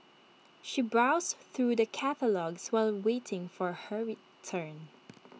she browsed through the catalogues while waiting for her return